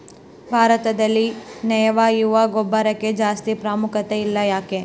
ಭಾರತದಲ್ಲಿ ಸಾವಯವ ಗೊಬ್ಬರಕ್ಕೆ ಜಾಸ್ತಿ ಪ್ರಾಮುಖ್ಯತೆ ಇಲ್ಲ ಯಾಕೆ?